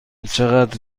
چقدر